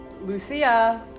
Lucia